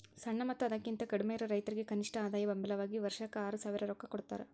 ಸಣ್ಣ ಮತ್ತ ಅದಕಿಂತ ಕಡ್ಮಿಯಿರು ರೈತರಿಗೆ ಕನಿಷ್ಠ ಆದಾಯ ಬೆಂಬಲ ವಾಗಿ ವರ್ಷಕ್ಕ ಆರಸಾವಿರ ರೊಕ್ಕಾ ಕೊಡತಾರ